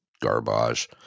garbage